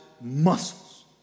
muscles